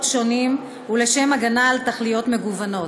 שונים ולשם הגנה על תכליות מגוונות.